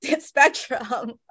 spectrum